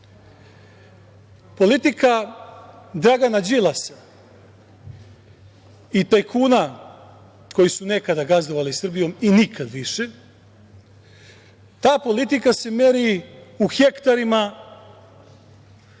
Vučića. Politika Dragana Đilasa i tajkuna koji su nekada gazdovala Srbijom i nikad više, ta politika se meri u hektarima,